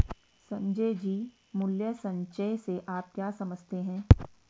संजय जी, मूल्य संचय से आप क्या समझते हैं?